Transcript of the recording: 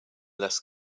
less